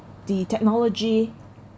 the technology